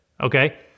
okay